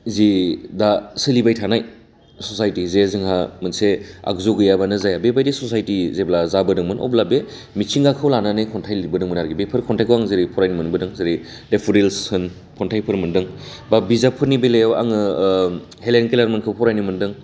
जि दा सोलिबाय थानाय ससायटि जे जोंहा मोनसे आगजु गैयाबानो जाया बेबायदि ससायटि जेब्ला जाबोदोंमोन अब्ला बे मिथिंगाखौ लानानै खनथाइ लिरबोदोंमोन आरो बेफोर खनथाइखौ आं जेरै फरायनो मोनबोदों जेरै डेफ'दिल्स होन खनथाइफोर मोनदों बा बिजाबफोरनि बेलायाव आङो हेलेन केलारमोनखौ फरायनो मोनदों